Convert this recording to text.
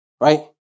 right